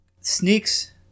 sneaks